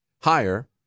higher